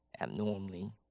abnormally